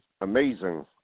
amazing